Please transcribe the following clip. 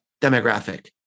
demographic